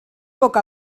poca